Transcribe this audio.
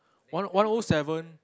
one one O seven